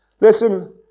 listen